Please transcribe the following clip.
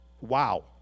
Wow